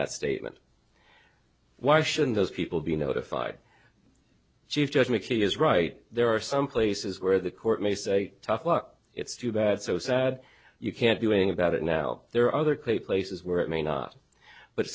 that statement why shouldn't those people be notified chief judge mickey is right there are some places where the court may say tough luck it's too bad so sad you can't doing about it now there are other clay places where it may not but